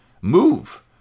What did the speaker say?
Move